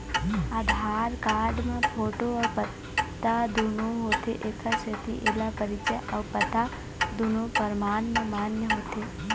आधार card म photo अउ पता दुनो होथे एखर सेती एला परिचय अउ पता दुनो परमान म मान्य होथे